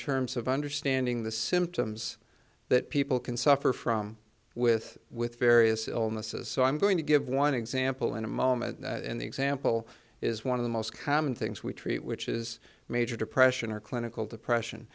terms of understanding the symptoms that people can suffer from with with various illnesses so i'm going to give one example in a moment and the example is one of the most common things we treat which is major depression or clinical depression